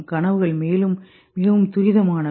கனவுகள் மேலும் மிகவும் துரித மானவை